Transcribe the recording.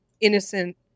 innocent